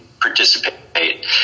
participate